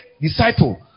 disciple